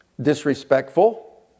disrespectful